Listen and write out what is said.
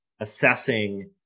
assessing